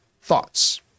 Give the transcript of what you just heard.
thoughts